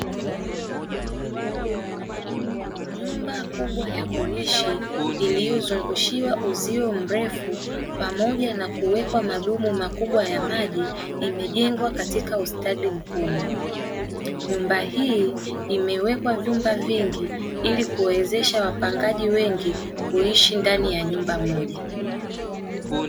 Nyumba kubwa ya kuishi iliyozungushiwa uzio mrefu pamoja na kuwekwa madumu makubwa ya maji imejengwa katika ustadi mkubwa, nyumba hii imewekwa vyumba vingi ili kuwezesha wapangaji wengi kuishi ndani ya nyumba moja.